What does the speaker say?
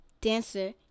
dancer